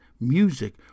music